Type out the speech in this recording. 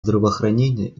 здравоохранения